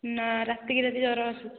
ନା ରାତିକୁ ରାତି ରାତି ଜ୍ୱର ଆସୁଛି